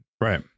Right